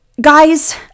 guys